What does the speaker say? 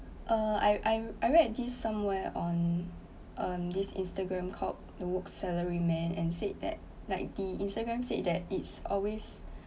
uh I I I read at this somewhere on um this instagram called the work salary man and said that like the instagram said that it's always